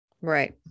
Right